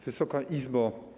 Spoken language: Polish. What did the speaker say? Wysoka Izbo!